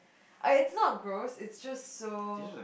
I it's not gross it's just so